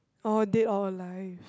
oh dead or alive